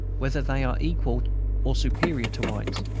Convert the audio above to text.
whether they are equal or superior to whites.